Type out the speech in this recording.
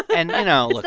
and you know. like